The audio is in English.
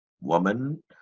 woman